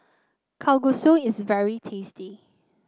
Kalguksu is very tasty